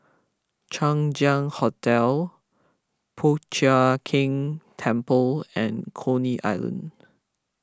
Chang Ziang Hotel Po Chiak Keng Temple and Coney Island